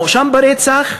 המואשם ברצח,